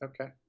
Okay